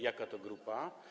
Jaka to grupa?